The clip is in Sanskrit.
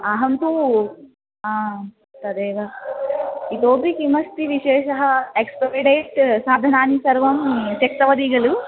अहं तु आं तदेव इतोपि किमस्ति विशेषः एक्स्परि डेट् साधनानि सर्वं त्यक्तवती खलु